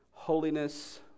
Holiness